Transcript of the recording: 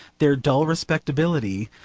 their dull respectability,